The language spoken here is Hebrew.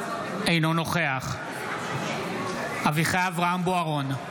אינו נוכח אביחי אברהם בוארון,